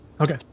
Okay